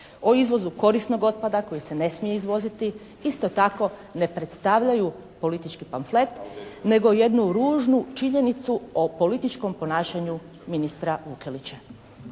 o izvozu korisnog otpada koji se ne smije izvoziti isto tako ne predstavljaju politički pamflet nego jednu ružnu činjenicu o političkom ponašanju ministra Vukelića.